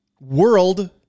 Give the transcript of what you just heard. World